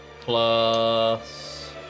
plus